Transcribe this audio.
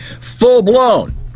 full-blown